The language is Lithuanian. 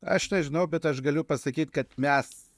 aš nežinau bet aš galiu pasakyt kad mes